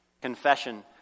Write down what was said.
confession